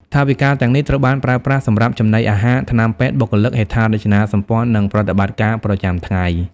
ថវិកាទាំងនេះត្រូវបានប្រើប្រាស់សម្រាប់ចំណីអាហារ ថ្នាំពេទ្យ បុគ្គលិក ហេដ្ឋារចនាសម្ព័ន្ធ និងប្រតិបត្តិការប្រចាំថ្ងៃ។